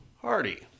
Hardy